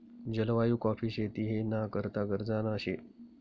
जलवायु काॅफी शेती ना करता गरजना शे